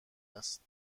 است